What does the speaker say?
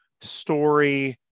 story